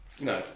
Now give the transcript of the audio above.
No